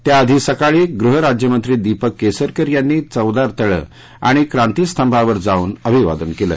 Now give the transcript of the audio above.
त्याआधी सकाळी गृह राज्यमंत्री दीपक केसरकर यांनी चौदार तळे आणि क्रातीस्तंभावर जाऊन अभिवादन केलं